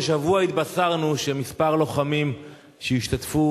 השבוע התבשרנו שמספר לוחמים שהשתתפו